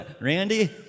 Randy